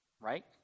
Right